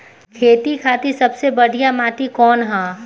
खेती खातिर सबसे बढ़िया माटी कवन ह?